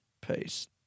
Peace